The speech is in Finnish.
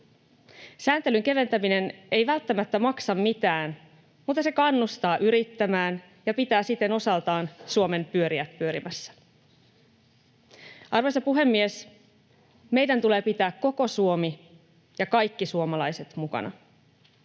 Sääntelyn keventäminen ei välttämättä maksa mitään, mutta se kannustaa yrittämään ja pitää siten osaltaan Suomen pyöriä pyörimässä. Arvoisa puhemies! Meidän tulee pitää koko Suomi ja kaikki suomalaiset mukana.